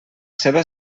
seva